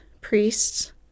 priests